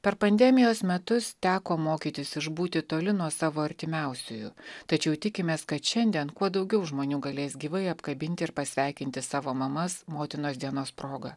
per pandemijos metus teko mokytis išbūti toli nuo savo artimiausiųjų tačiau tikimės kad šiandien kuo daugiau žmonių galės gyvai apkabinti ir pasveikinti savo mamas motinos dienos proga